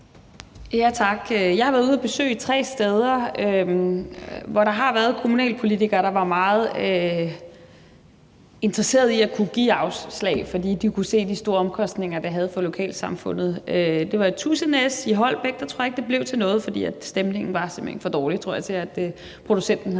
Tak. Jeg har været ude at besøge tre steder, hvor der har været kommunalpolitikere, der var meget interesserede i at kunne give afslag, fordi de kunne se de store omkostninger, det havde for lokalsamfundet. Det var på Tuse Næs ved Holbæk, og der tror jeg ikke det blev til noget, fordi stemningen simpelt hen var for dårlig, tror jeg, til, at producenten havde